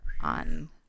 on